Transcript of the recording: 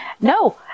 no